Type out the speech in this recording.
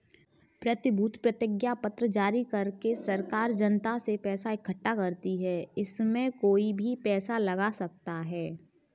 प्रतिभूति प्रतिज्ञापत्र जारी करके सरकार जनता से पैसा इकठ्ठा करती है, इसमें कोई भी पैसा लगा सकता है